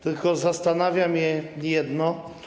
Tylko zastanawia mnie jedno.